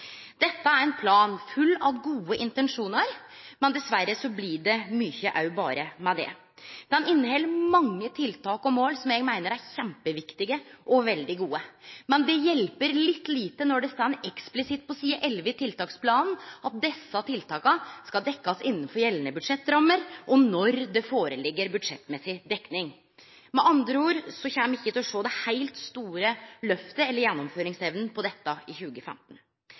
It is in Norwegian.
Dette er ein plan full av gode intensjonar, men dessverre blir det òg mykje berre med det. Den inneheld mange tiltak og mål som eg meiner er kjempeviktige og veldig gode, men det hjelper litt lite når det står eksplisitt på side 11 i tiltaksplanen at desse tiltaka skal dekkjast «innenfor gjeldende budsjettrammer» og «når det foreligger budsjettmessig dekning». Med andre ord kjem me ikkje til å sjå det heilt store løftet eller gjennomføringsevne på dette i 2015.